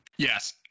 Yes